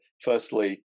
Firstly